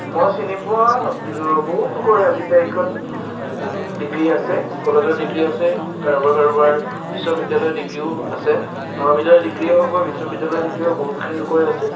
মই চিনি পোৱা বহু লোকৰে আজিৰ তাৰিখত ডিগ্ৰী আছে কলেজৰ ডিগ্ৰী আছে কাৰোবাৰ কাৰোবাৰ বিশ্ববিদ্যালয়ৰ ডিগ্ৰীও আছে মহাবিদ্যালয়ৰ ডিগ্ৰীয়ে হওক বা বিশ্ববিদ্যালয়ৰ ডিগ্ৰীয়ে হওক বহুতখিনি লোকৰে আছে